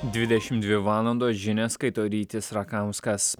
dvidešimt dvi valandos žinias skaito rytis rakauskas